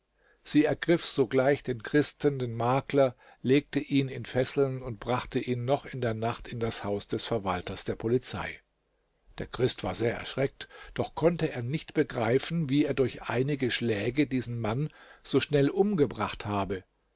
sie ergriff sogleich den christen den makler legte ihn in fesseln und brachte ihn noch in der nacht in das haus des verwalters der polizei der christ war sehr erschreckt doch konnte er nicht begreifen wie er durch einige schläge diesen mann so schnell umgebracht habe